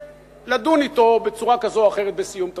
ולדון אתו בצורה כזאת או אחרת בסיום תפקידו.